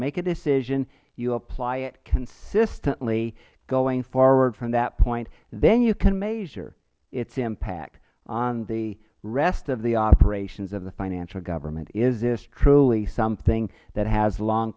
make a decision you apply it consistently going forward from that point then you can measure its impact on the rest of the operations of the federal government is this truly something that has long